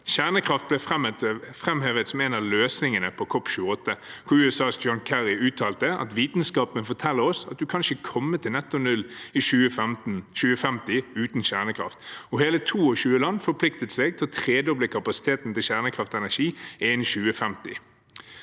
Kjernekraft ble framhevet som en av løsningene på COP28, hvor USAs John Kerry uttalte at: vitenskapen forteller oss at du ikke kan komme til netto null i 2050 uten kjernekraft. Hele 22 land forpliktet seg til å tredoble kapasiteten til kjernekraftenergi innen 2050.